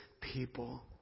people